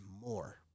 more